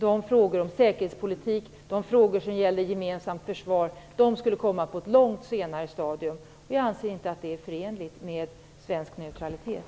Frågorna som gällde säkerhetspolitik och ett gemensamt försvar skulle tas upp på ett långt senare stadium. Vi anser inte att ett observatörskap är förenligt med svensk neutralitet.